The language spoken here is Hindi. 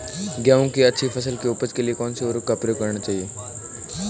गेहूँ की अच्छी फसल की उपज के लिए कौनसी उर्वरक का प्रयोग करना चाहिए?